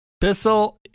Bissell